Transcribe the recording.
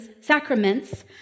sacraments